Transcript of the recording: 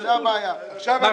זה לא בסמכותנו,